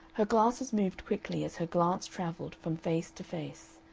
her glasses moved quickly as her glance travelled from face to face.